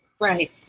Right